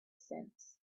sands